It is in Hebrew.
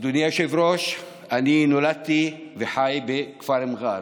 אדוני היושב-ראש, אני נולדתי וחי בכפר מר'אר,